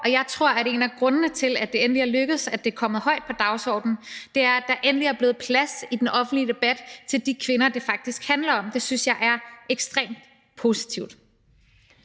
og jeg tror, at en af grundene til, at det endelig er lykkedes at få det højt på dagsordenen, er, at der endelig er blevet plads i den offentlige debat til de kvinder, det faktisk handler om. Det synes jeg er ekstremt positivt.